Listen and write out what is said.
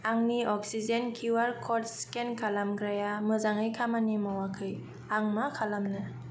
आंनि oxygen QR code scan खालामग्राया मोजाङै खामानि मावाखै आं मा खालामनो